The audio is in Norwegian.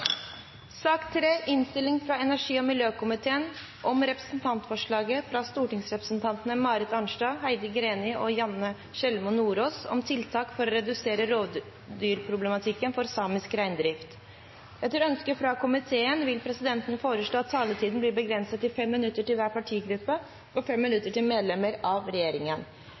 sak nr. 3. Etter ønske fra energi- og miljøkomiteen vil presidenten foreslå at taletiden blir begrenset til 5 minutter til hver partigruppe og 5 minutter til medlemmer av regjeringen.